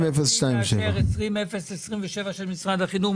לאשר את 20027 של משרד החינוך.